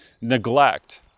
neglect